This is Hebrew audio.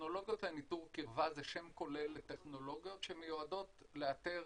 טכנולוגיות לניטור קירבה זה שם כולל לטכנולוגיות שמיועדות לאתר